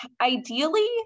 Ideally